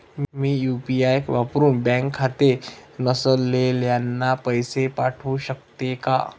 मी UPI वापरुन bank खाते नसलेल्यांना पैसे पाठवू शकते का?